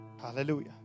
hallelujah